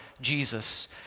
Jesus